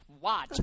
watch